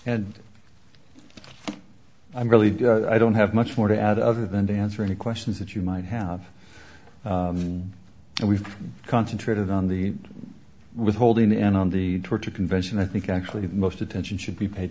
and i really do i don't have much more to add other than to answer any questions that you might have and we've concentrated on the withholding and on the torture convention i think actually the most attention should be paid